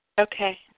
Okay